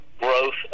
growth